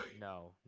No